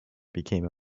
became